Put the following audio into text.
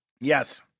Yes